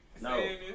No